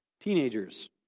Teenagers